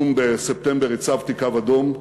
בספטמבר הצבתי באו"ם קו אדום.